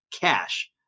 cash